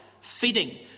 feeding